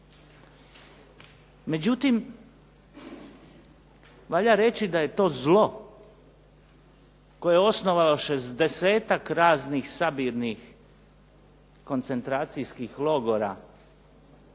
Međutim, valja reći da je to zlo koje je osnovalo šezdesetak raznih sabirnih koncentracijskih logora